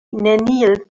neniel